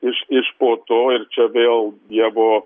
iš iš po to ir čia vėl dievo